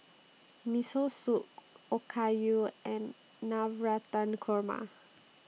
Miso Soup Okayu and Navratan Korma